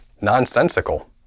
nonsensical